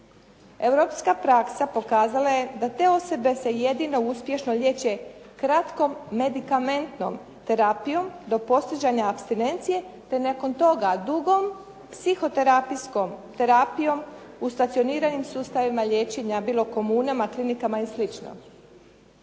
Europska praksa pokazala je da te osobe se jedino uspješno liječe kratkom medikamentnom terapijom, do postizanja apstinencije, te nakon toga dugom psihoterapijskom terapijom u stacioniranim sustavima liječenja, bilo komunama, klinikama i